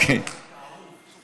אתה אהוב.